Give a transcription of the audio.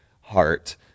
heart